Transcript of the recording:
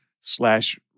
slash